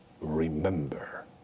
remember